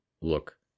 Look